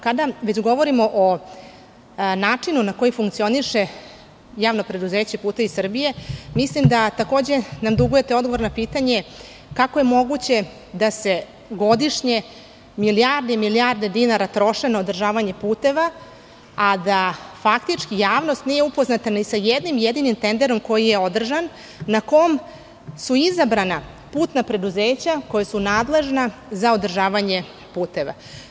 Kada već govorimo o načinu na koji funkcioniše JP "Putevi Srbije", mislim da nam dugujete odgovorna pitanje – kako je moguće da se godišnje milijarde i milijarde dinara troše na održavanje puteva, a da faktički javnost nije upoznata ni sa jednim, jedinim tenderom koji je održan, a na kom su izabrana putna preduzeća koja su nadležna za održavanje puteva?